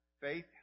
faith